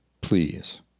please